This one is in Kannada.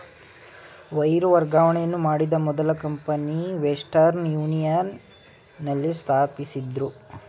ವೈರು ವರ್ಗಾವಣೆಯನ್ನು ಮಾಡಿದ ಮೊದಲ ಕಂಪನಿ ವೆಸ್ಟರ್ನ್ ಯೂನಿಯನ್ ನಲ್ಲಿ ಸ್ಥಾಪಿಸಿದ್ದ್ರು